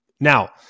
Now